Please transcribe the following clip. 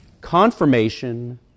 confirmation